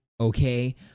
Okay